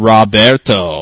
Roberto